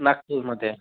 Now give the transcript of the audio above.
नागपूरमध्ये